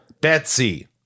Betsy